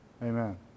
Amen